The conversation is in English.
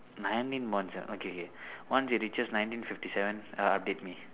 nineteen point seven okay K once it reaches nineteen fifty seven err update me